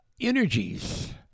energies